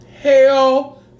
hell